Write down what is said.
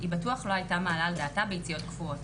היא בטוח לא הייתה מעלה על דעתה ביציות קפואות.